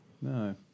No